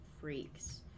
freaks